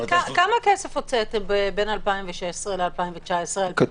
כמה כסף הוצאתם בין 2016 ל-2019 על פיתוח?